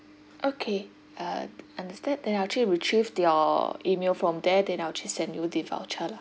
okay uh understand then I actually retrieved your email from there then I'll just send you the voucher lah